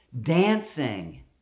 dancing